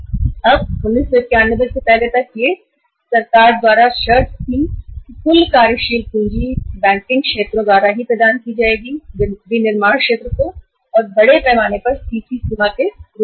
तो पहले 1991 तक यह सरकार द्वारा शर्त थी कि बैंकिंग क्षेत्र द्वारा उत्पादन क्षेत्र को कुल कार्यशील पूँजी प्रदान की जाएगी और वे बड़े पैमाने पर सीसी सीमा के रूप में होगी